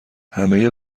همه